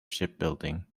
shipbuilding